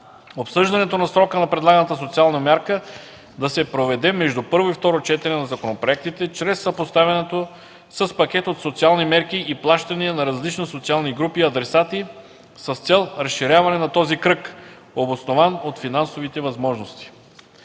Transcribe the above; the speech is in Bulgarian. обсъждането на срока на предлаганата социална мярка да се проведе между първо и второ четене на законопроектите чрез съпоставянето с пакет от социални мерки и плащания за различни социални групи и адресати с цел разширяване на този кръг, обоснован от финансовите възможности;